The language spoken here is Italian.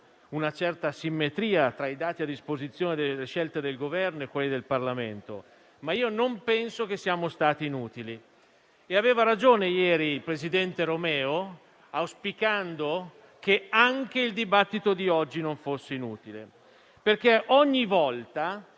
una certa asimmetria tra i dati a disposizione delle scelte del Governo e quelli del Parlamento, ma non penso che siamo stati inutili e aveva ragione ieri il presidente Romeo, auspicando che anche il dibattito di oggi non fosse inutile, perché ogni volta